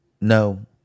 No